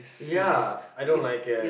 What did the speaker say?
ya I don't like it